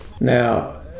Now